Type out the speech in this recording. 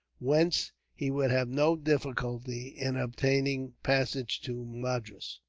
whence he would have no difficulty in obtaining passage to madras.